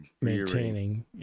maintaining